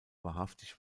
wahrhaftig